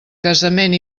casament